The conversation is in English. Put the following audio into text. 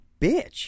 bitch